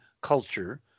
culture